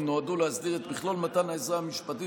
הן נועדו להסדיר את מכלול מתן העזרה המשפטית